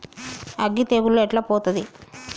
అగ్గి తెగులు ఎట్లా పోతది?